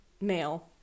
male